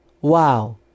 Wow